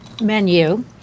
menu